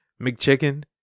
McChicken